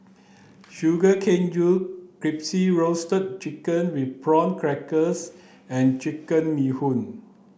sugar cane juice crispy roasted chicken with prawn crackers and chicken bee hoon